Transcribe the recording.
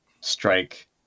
strike